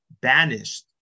banished